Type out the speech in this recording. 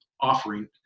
offering